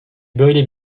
böyle